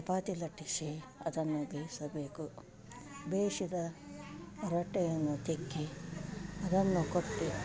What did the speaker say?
ಚಪಾತಿ ಲಟ್ಟಿಸಿ ಅದನ್ನು ಬೇಯಿಸಬೇಕು ಬೇಯಿಸಿದ ರೊಟ್ಟಿಯನ್ನು ತಿಕ್ಕಿ ಅದನ್ನು ಕೊಟ್ಟು